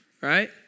right